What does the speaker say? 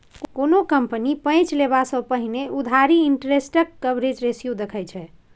कोनो कंपनी पैंच लेबा सँ पहिने उधारी इंटरेस्ट कवरेज रेशियो देखै छै